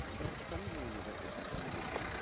that sundering of everything familiar,